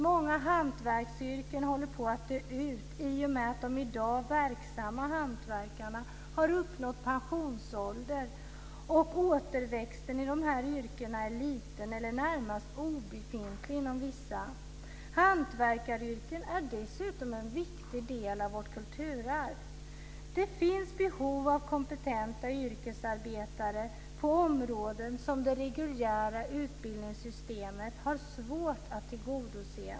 Många hantverksyrken håller på att dö ut i och med att de i dag verksamma hantverkarna har uppnått pensionsålder, och återväxten i dessa yrken är liten - i vissa fall närmast obefintlig. Hantverkaryrken är dessutom en viktig del i vårt kulturarv. Det finns behov av kompetenta yrkesarbetare på områden som det reguljära utbildningssystemet har svårt att tillgodose.